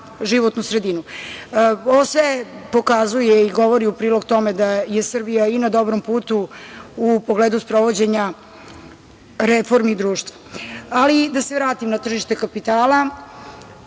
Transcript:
životnu sredinu. Sve ovo pokazuje i govori u prilog tome da je Srbija na dobrom putu u pogledu sprovođenja reformi društva. Ali, da se vratim na tržište kapitala. Segment